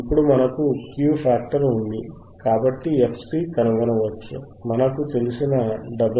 ఇప్పుడు మనకు Q factor ఉంది కాబట్టి fC కనుగొనవచ్చు మనకు తెలిసిన W